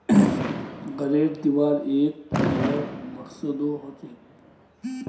grant दिबार एक अलग मकसदो हछेक